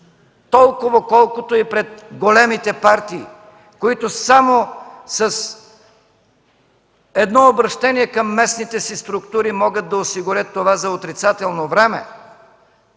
Толкова, колкото и пред големите партии, които само с едно обръщение към местните си структури могат да осигурят това за отрицателно време!